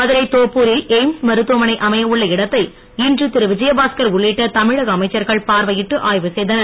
மதுரை தோப்பூரில் எய்ம்ஸ் மருத்துவமனை அமைய உள்ள இடத்தை இன்று திரு விஜயபாஸ்கர் உள்ளிட்ட தமிழக அமைச்சர்கள் பார்வையிட்டு ஆய்வு செய்தனர்